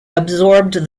absorbed